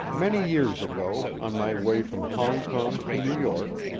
many years ago, on my way from hongkong to new york,